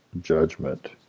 judgment